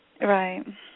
Right